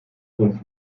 uns